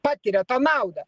patiria tą naudą